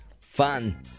fun